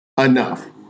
enough